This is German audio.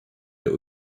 der